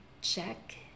check